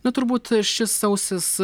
na turbūt šis sausis